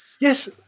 yes